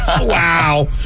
Wow